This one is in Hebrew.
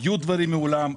היו דברים מעולם,